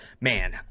Man